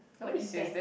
what event